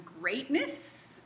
greatness